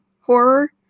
horror